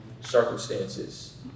circumstances